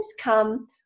come